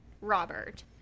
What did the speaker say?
Robert